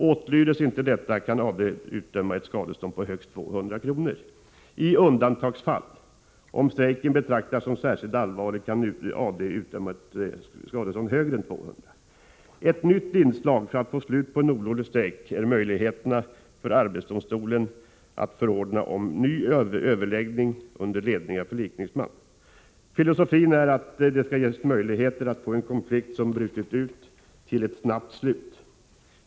Åtlydes inte detta, kan arbetsdomstolen utdöma ett skadestånd på högst 200 kr. I undantagsfall, om strejken betraktas som särskilt allvarlig, kan arbetsdomstolen utdöma ett skadestånd som är högre än 200 kr. Ett nytt inslag för att få slut på en olovlig strejk är möjligheten för arbetsdomstolen att förordna om ny överläggning under ledning av en förlikningsman. Filosofin är att det skall ges möjligheter att få en konflikt som brutit ut till ett snabbt slut.